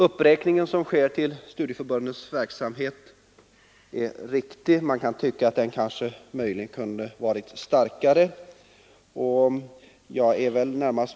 Uppräkningen av anslaget till studieförbundens verksamhet är riktig. Man kan möjligen tycka att den kunde ha varit litet större.